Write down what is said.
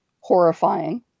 horrifying